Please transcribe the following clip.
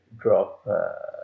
drop